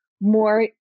more